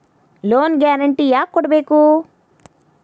Loan guarantee ಯಾಕ್ ಕೊಡ್ಬೇಕು?